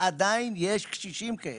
עדיין יש קשישים כאלה.